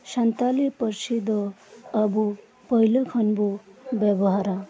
ᱥᱟᱱᱛᱟᱞᱤ ᱯᱟᱨᱥᱤ ᱫᱚ ᱟᱵᱚ ᱯᱳᱭᱞᱳ ᱠᱷᱚᱱ ᱵᱚ ᱵᱮᱵᱚᱦᱟᱨᱟ